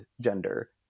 gender